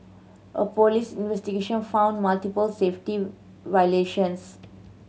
a police investigation found multiple safety violations